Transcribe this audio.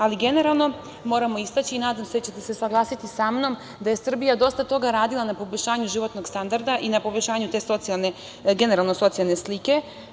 Ali generalno moramo istaći i nadam se da ćete se saglasiti sa mnom da je Srbija dosta toga radila na poboljšanju životnog standarda i na poboljšanju generalno socijalne slike.